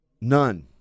None